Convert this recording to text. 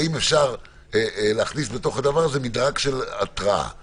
האם אפשר להכניס בתוך הדבר הזה מדרג של התראות.